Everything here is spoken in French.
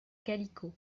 calicot